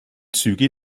züge